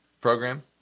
program